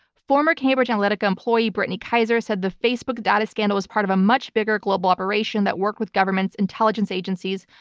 former cambridge analytica employee, brittany kaiser, said the facebook data scandal was part of a much bigger global operation that worked with governments, intelligence agencies,